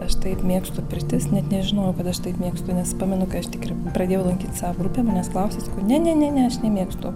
aš taip mėgstu pirtis net nežinojau kad aš taip mėgstu nes pamenu kai aš tikrai pradėjau lankyti savo grupę manęs klausė sakau ne ne ne aš nemėgstu